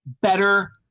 better